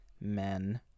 Men